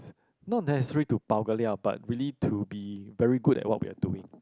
not necessarily to bao-ka-liao but really to be very good at what we are doing